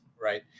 right